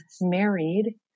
married